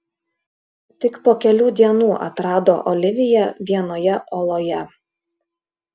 tik po kelių dienų atrado oliviją vienoje oloje